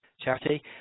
Charity